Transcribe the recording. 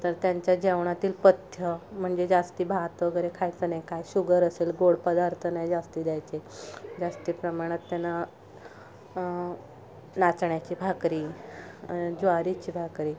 तर त्यांच्या जेवणातील पथ्य म्हणजे जास्ती भात वगैरे खायचं नाही काय शुगर असेल गोड पदार्थ नाही जास्ती द्यायचे जास्ती प्रमाणात त्यांना नाचण्याची भाकरी ज्वारीची भाकरी